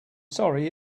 sorry